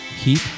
Keep